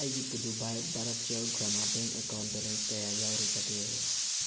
ꯑꯩꯒꯤ Puduvai Bharathiar Grama bank account balance ꯀꯌꯥ ꯌꯥꯎꯔꯤꯕꯒꯦ